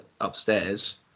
upstairs